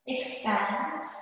Expand